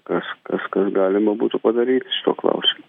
kas kažkas galima būtų padaryti šituo klausimu